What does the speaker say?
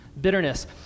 bitterness